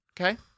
okay